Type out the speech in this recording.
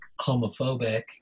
homophobic